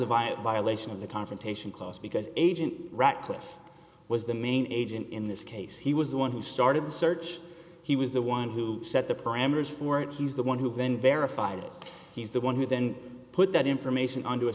a violation of the confrontation clause because agent ratcliffe was the main agent in this case he was the one who started the search he was the one who set the parameters for it he's the one who then verified it he's the one who then put that information onto a